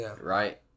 right